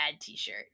t-shirt